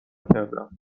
کردم